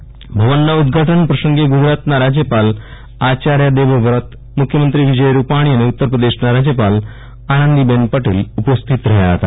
ગુજરાત ભવનના ઉદ્વાટન પ્રસંગે ગુજરાતના રાજ્યપાલ આયાર્ય દેવવ્રત મુખ્યમંત્રી વિજય રૂપની અને ઉત્તરપ્રદેશના રાજ્યપાલ આનંદીબેન પટેલ ઉપસ્થિત રહ્યા હતા